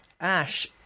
ash